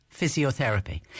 physiotherapy